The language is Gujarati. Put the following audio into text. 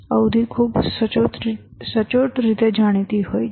અવધિ ખૂબ સચોટ રીતે જાણીતી હોય છે